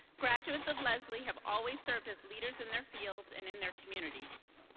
graduates of lesley have always served as leaders in their fields and in their communities.